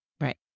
Right